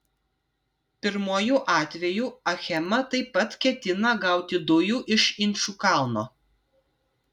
pirmuoju atveju achema taip pat ketina gauti dujų iš inčukalno